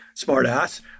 smartass